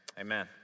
amen